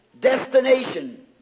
destination